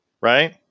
Right